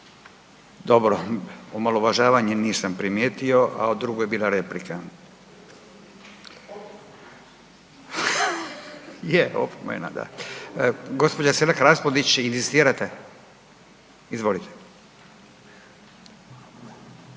Dobro. Omalovažavanje nisam primijetio, a ovo druga je bila replika. Je, opomena, da. Gđa. Selak Raspudić, inzistirate? Izvolite.